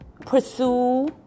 pursue